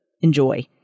enjoy